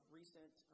recent